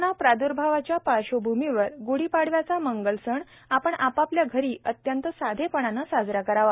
corona प्राद्र्भावच्या पार्श्वभूमीवर गुढी पाडव्याचा मंगल सणआपण आपापल्या घरी अत्यंत साधप्रणान साजरा करावा